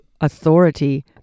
authority